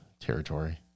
territory